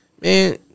Man